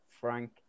Frank